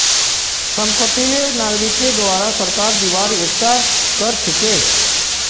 संपत्ति कर नागरिकेर द्वारे सरकारक दिबार एकता कर छिके